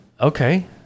Okay